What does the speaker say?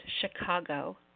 Chicago